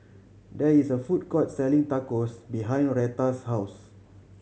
there is a food court selling Tacos behind Retta's house